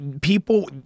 people